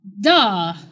duh